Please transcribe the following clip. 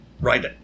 right